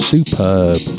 Superb